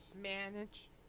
Manage